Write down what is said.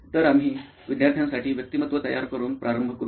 तर आम्ही विद्यार्थ्यासाठी व्यक्तिमत्त्व तयार करून प्रारंभ करू